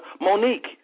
Monique